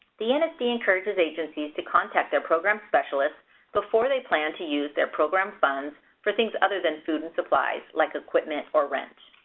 the and nsd encourages agencies to contact their program specialist before they plan to use their program funds for things other than food and supplies, like equipment or rent.